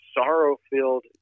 sorrow-filled